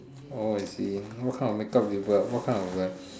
orh I see what kind of make-up you put what kind of like